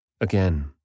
Again